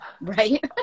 Right